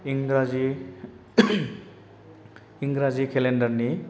इंराजि इंराजि केलेण्डारनि